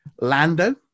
Lando